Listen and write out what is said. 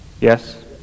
Yes